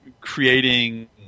creating